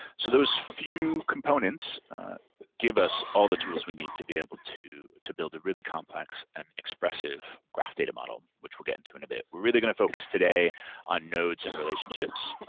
so those few components give us all the tools we need to be able to to build a really complex and expressive graph data model which we'll get to in a bit. we're really gonna focus today on nodes and relationships.